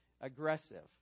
aggressive